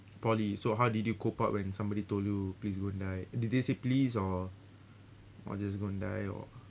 poly so how did you cope up when somebody told you please go and die did they say please or or just go and die or